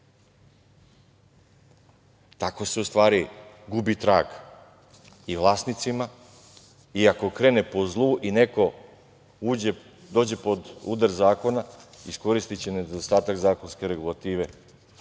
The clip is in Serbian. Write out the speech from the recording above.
Tako se u stvari gubi trag i vlasnicima i ako krene po zlu i neko dođe pod udar zakona iskoristiće nedostatak zakonske regulative